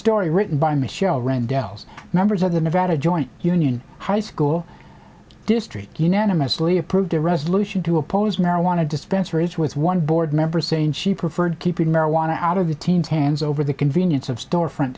story written by michelle rand dels members of the nevada joint union high school district you know mostly approved a resolution to oppose marijuana dispensaries with one board member saying she preferred keeping marijuana out of the teens hands over the convenience of storefront